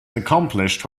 accomplished